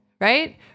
right